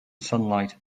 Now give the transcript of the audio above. sunlight